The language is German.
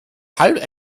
halb